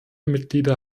mitglieder